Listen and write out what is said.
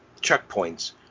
checkpoints